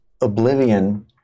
oblivion